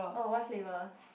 oh what flavors